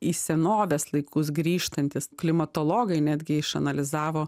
į senovės laikus grįžtantys klimatologai netgi išanalizavo